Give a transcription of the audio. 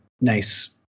nice